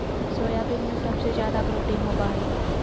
soybean में सबसे ज़्यादा प्रोटीन होबा हइ